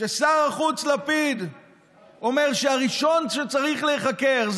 כששר החוץ לפיד אומר שהראשון שצריך להיחקר,